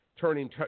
turning